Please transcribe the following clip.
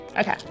Okay